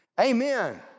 amen